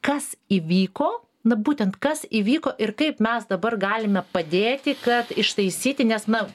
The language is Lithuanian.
kas įvyko na būtent kas įvyko ir kaip mes dabar galime padėti kad ištaisyti nes na